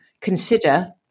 consider